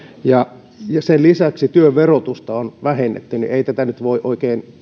kun sen lisäksi työn verotusta on vähennetty niin ei tämän hallituksen toimia nyt voi oikein